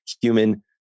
human